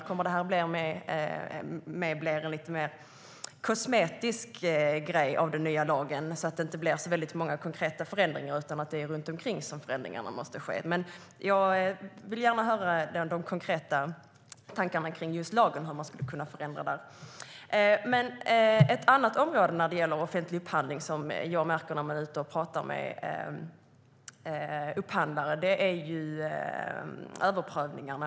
Kommer det att bli en lite mer kosmetisk grej med den nya lagen, så att det inte blir så många konkreta förändringar utan att förändringarna måste ske runt omkring? Jag vill gärna höra de konkreta tankarna om lagen och hur man skulle kunna förändra den. Ett annat område när det gäller offentlig upphandling som jag märker när jag är ute och talar med upphandlare är överprövningarna.